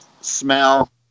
smell